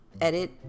edit